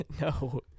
No